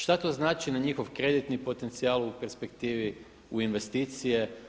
Šta to znači na njihov kreditni potencijal u perspektivi, u investicije.